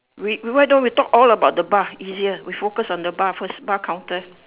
wait why don't we talk all about the bar easier we focus on the bar first bar counter